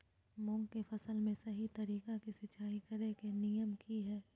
मूंग के फसल में सही तरीका से सिंचाई करें के नियम की हय?